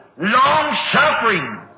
long-suffering